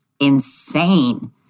insane